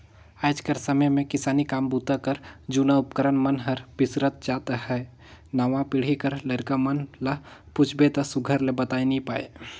आएज कर समे मे किसानी काम बूता कर जूना उपकरन मन हर बिसरत जात अहे नावा पीढ़ी कर लरिका मन ल पूछबे ता सुग्घर ले बताए नी पाए